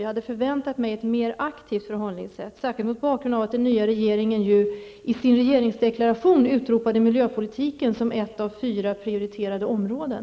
Jag hade väntat mig ett mer aktivt förhållningssätt, särskilt mot bakgrund av att den nya regeringen i sin regeringsdeklaration angav miljöpolitiken som ett av fyra prioriterade områden.